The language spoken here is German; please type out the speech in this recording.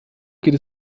geht